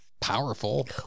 powerful